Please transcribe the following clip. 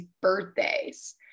birthdays